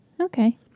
Okay